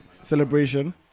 celebration